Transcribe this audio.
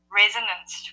resonance